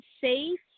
safe